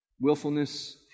willfulness